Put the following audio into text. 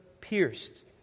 pierced